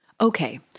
Okay